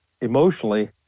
emotionally